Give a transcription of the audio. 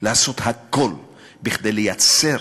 לעשות הכול כדי לייצר